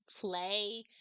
play